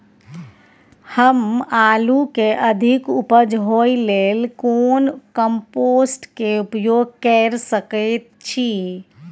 हम आलू के अधिक उपज होय लेल कोन कम्पोस्ट के उपयोग कैर सकेत छी?